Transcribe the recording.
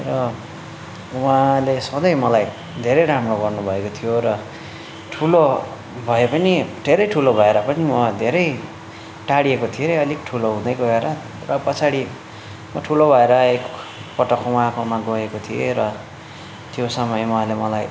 र वाँले सधैँ मलाई धेरै राम्रो गर्नु भएको थियो र ठुलो भए पनि धेरै ठुलो भएर पनि म धेरै टाडिएको थिएँ अलिक ठुलो हुँदै गएर र पछाडि म ठुलो भएर एकपटक उहाँकोमा गएको थिएँ र त्यो समय उहाँले मलाई